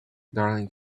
darling